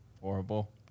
horrible